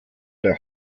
der